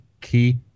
key